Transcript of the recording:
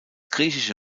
griechische